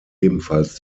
ebenfalls